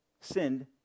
sinned